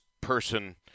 person